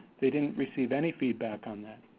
they didn't receive any feedback on that.